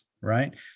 Right